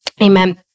Amen